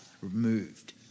removed